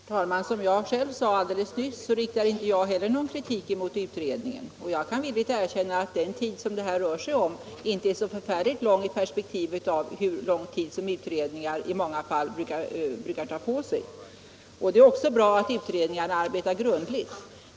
Herr talman! Som jag själv sade alldeles nyss riktar inte jag heller någon kritik mot utredningen, och jag kan villigt erkänna att den tid som det här rör sig om inte är så förfärligt lång i perspektiv av hur lång tid utredningar i många fall tar på sig. Det är också bra att utredningarna arbetar grundligt.